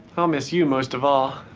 i'll miss you most of all.